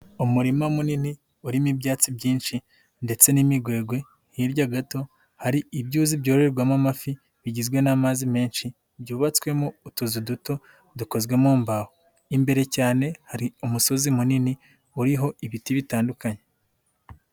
Umurima munini urimo ibyatsi byinshi ndetse n'imigwegwe, hirya gato hari ibyuzi byoherwamo amafi bigizwe n'amazi menshi, byubatswemo utuzu duto dukozwe mu mbaho, imbere cyane hari umusozi munini uriho ibiti bitandukanye.